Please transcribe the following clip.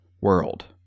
world